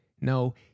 no